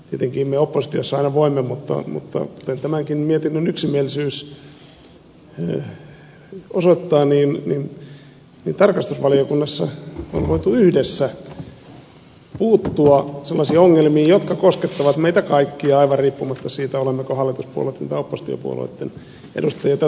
tietenkin me oppositiossa aina voimme mutta kuten tämänkin mietinnön yksimielisyys osoittaa tarkastusvaliokunnassa on voitu yhdessä puuttua sellaisiin ongelmiin jotka koskettavat meitä kaikkia aivan riippumatta siitä olemmeko hallituspuolueitten tai oppositiopuolueitten edustajia